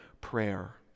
prayer